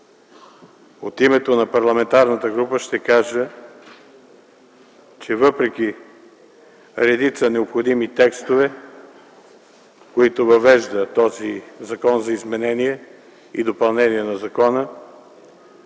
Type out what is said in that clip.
От името на парламентарната група ще кажа, че въпреки редица необходими текстове, които въвежда този Закон за изменение и допълнение на закона,